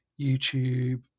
YouTube